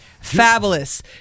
Fabulous